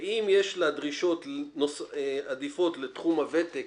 ואם יש לה דרישות עדיפות בתחום הוותק,